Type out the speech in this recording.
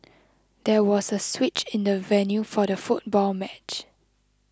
there was a switch in the venue for the football match